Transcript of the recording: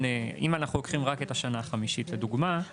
אם אנחנו לוקחים רק את השנה החמישית לדוגמה,